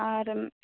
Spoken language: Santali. ᱟᱨ